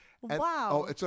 Wow